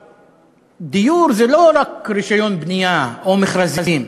דיור זה לא רק רישיון בנייה או מכרזים,